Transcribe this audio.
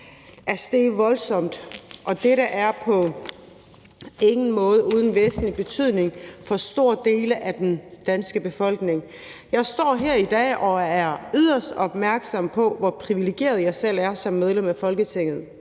er steget voldsomt, og det er på ingen måde uden væsentlig betydning for store dele af den danske befolkning. Jeg står her i dag og er yderst opmærksom på, hvor privilegeret jeg selv er som medlem af Folketinget,